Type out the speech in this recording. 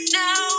now